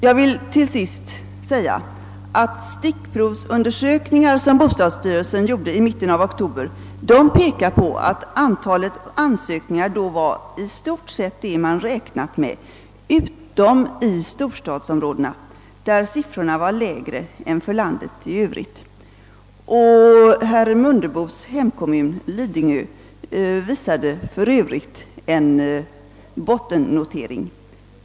Jag vill till sist säga att stickprovsundersökningar som bostadsstyrelsen gjorde i mitten av oktober pekar på att antalet ansökningar då var i stort sett det man räknat med utom i storstadsområdena, där siffrorna var lägre än för landet i övrigt. Herr Mundebos hemkommun Lidingö uppvisade för övrigt en bottennotering.